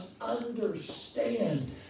understand